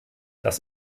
das